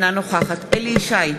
אינה נוכחת אליהו ישי,